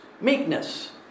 meekness